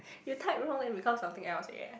you type wrong then become something else eh